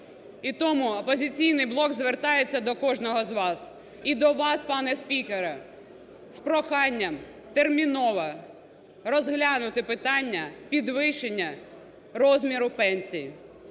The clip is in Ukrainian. І тому "Опозиційний блок" звертається до кожного з вас і до вас, пане спікере, з проханням терміново розглянути питання підвищення розміру пенсії.